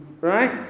Right